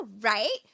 right